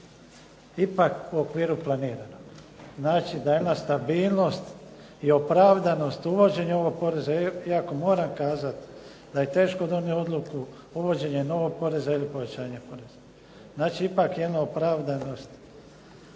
ipak u okviru planiranog. Znači da jedna stabilnost i opravdanost uvođenja ovog poreza, iako moram kazat da je teško donijet odluku uvođenje novog poreza ili povećanje poreza, znači ipak jedno opravdanost